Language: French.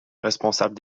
responsable